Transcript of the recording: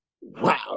wow